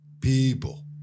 people